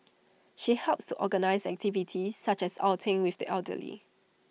she helps to organise activities such as outings with the elderly